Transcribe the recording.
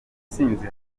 ntsinzi